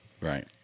right